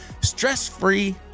stress-free